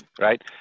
Right